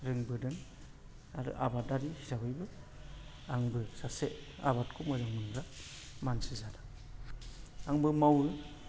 रोंबोदों आरो आबादारि हिसाबैबो आंबो सासे आबादखौ मोजां मोनग्रा मानसि जादों आंबो मावो